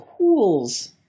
pools